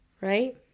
right